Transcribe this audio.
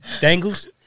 Dangles